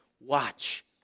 watch